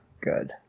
good